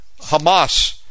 Hamas